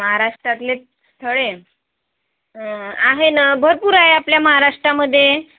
महाराष्ट्रातले स्थळे आहे ना भरपूर आहे आपल्या महाराष्ट्रामध्ये